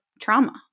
trauma